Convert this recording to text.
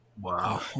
Wow